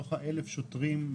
מתוך 1,000 השוטרים,